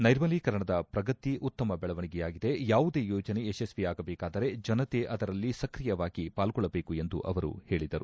ನೈರ್ಮಲೀಕರಣದ ಪ್ರಗತಿ ಉತ್ತಮ ಬೆಳೆವಣಿಗೆಯಾಗಿದೆ ಯಾವುದೇ ಯೋಜನೆ ಯಶಸ್ವಿಯಾಗಬೇಕಾದರೆ ಜನತೆ ಅದರಲ್ಲಿ ಸ್ಕ್ರಿಯವಾಗಿ ಪಾಲ್ಗೊಳ್ಳಬೇಕು ಎಂದು ಅವರು ಹೇಳಿದರು